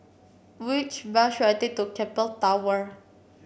which bus should I take to Keppel Tower